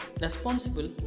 responsible